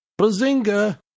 bazinga